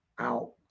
out